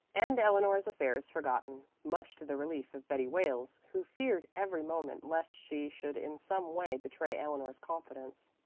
and eleanor's affairs forgotten, much to the relief of betty wales, who feared every moment lest she should in some way betray eleanor's confidence.